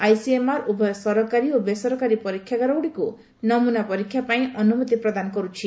ICMR ଉଭୟ ସରକାରୀ ଓ ବେସରକାରୀ ପରୀକ୍ଷାଗାରଗୁଡ଼ିକୁ ନମୁନା ପରୀକ୍ଷା ପାଇଁ ଅନୁମତି ପ୍ରଦାନ କରୁଛି